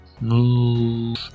Move